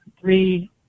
three